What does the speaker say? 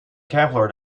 kevlar